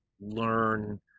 learn